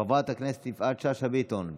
חברת הכנסת יפעת שאשא ביטון,